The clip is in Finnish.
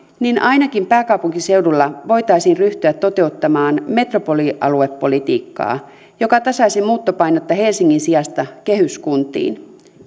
niin ainakin pääkaupunkiseudulla voitaisiin ryhtyä toteuttamaan metropolialuepolitiikkaa joka tasaisi muuttopainetta helsingin sijasta kehyskuntiin